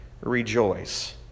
rejoice